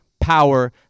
power